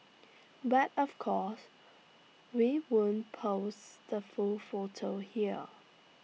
but of course we won't post the full photo here